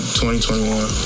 2021